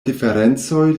diferencoj